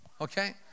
Okay